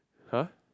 !huh!